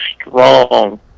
strong